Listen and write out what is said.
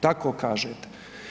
Tako kažete.